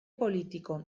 politiko